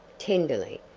tenderly,